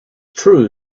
true